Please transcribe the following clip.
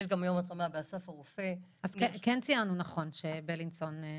יש היום גם התרמה באסף הרופא -- אז ציינו נכון לגבי בלינסון.